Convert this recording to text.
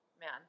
man